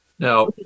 Now